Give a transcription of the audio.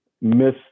Miss